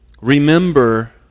Remember